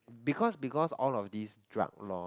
because because all of these drug law